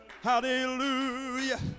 Hallelujah